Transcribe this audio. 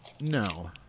No